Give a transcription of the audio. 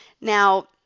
Now